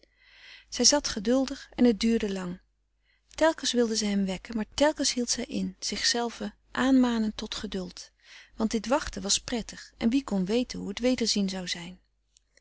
zij zat geduldig en het duurde lang telkens wilde zij hem wekken maar telkens hield zij in zichzelve aanmanend tot geduld want dit wachten was prettig en wie kon weten hoe het wederzien zou zijn